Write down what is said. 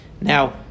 Now